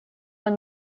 when